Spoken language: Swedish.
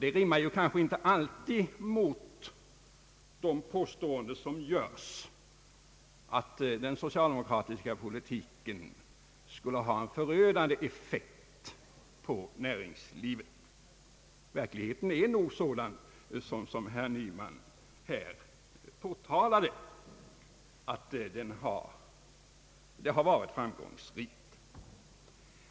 Detta rimmar inte alltid med de påståenden som görs om att den socialdemokratiska politiken skulle ha en förödande effekt på näringslivet. Verkligheten är nog den som herr Nyman här antydde, nämligen att den socialdemokratiska politiken varit framgångsrik.